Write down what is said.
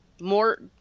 more